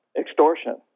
extortion